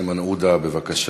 חבר הכנסת איימן עודה, בבקשה.